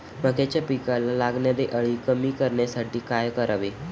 मक्याच्या पिकाला लागणारी अळी कमी करण्यासाठी काय करावे?